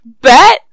Bet